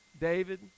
David